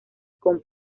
con